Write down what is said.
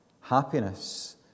happiness